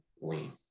lean